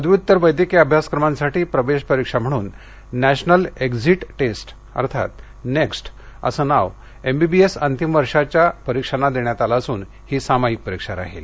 पदव्युत्तर वैद्यकीय अभ्यासक्रमांसाठी प्रवेश परीक्षा म्हणून नॅशनल एक्झिट टेस्ट अर्थात नेक्स्ट असं नाव एमबीबीएस अंतिम वर्षाच्या परीक्षांना देण्यात आलं असून ही सामायिक परीक्षा राहील